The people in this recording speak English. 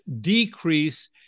decrease